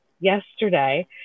yesterday